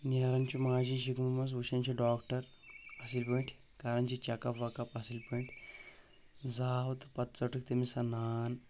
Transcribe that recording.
نیران چھُ ماجہِ ۂنٛدۍ شِکمہٕ منٛز وٕچھان چھ ڈاکٹر زٕ گأنٹہٕ کران چھ چٮ۪کپ وکپ اصل پأٹھۍ زاو تہٕ پتہٕ ژٔٹٕکھ تٔمِس سُہ نان